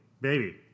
baby